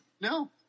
No